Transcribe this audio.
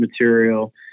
material